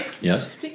Yes